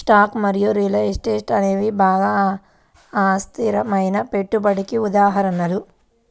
stocks మరియు real estate అనేవి బాగా అస్థిరమైన పెట్టుబడికి ఉదాహరణలు